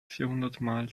vierhundertmal